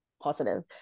positive